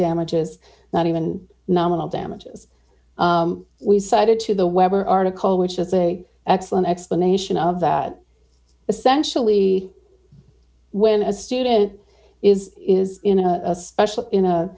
damages not even nominal damages we cited to the weber article which is a excellent explanation of that essentially when a student is is in a special in a